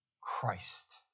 Christ